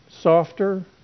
softer